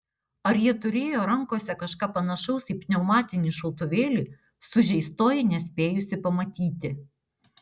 ar jie turėjo rankose kažką panašaus į pneumatinį šautuvėlį sužeistoji nespėjusi pamatyti